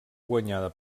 guanyada